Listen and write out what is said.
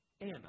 Anna